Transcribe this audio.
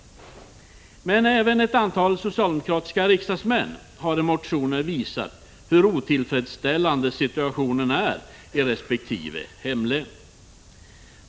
22 maj 1986 Men även ett antal socialdemokratiska riksdagsmän har i motioner visat hur otillfredsställande situationen är i resp. hemlän.